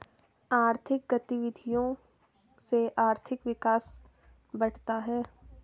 आर्थिक गतविधियों से आर्थिक विकास बढ़ता है